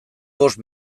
bost